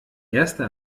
erste